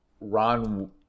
Ron